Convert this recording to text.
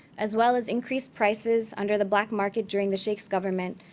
as well as increased prices under the black market during the sheikh's government,